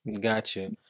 Gotcha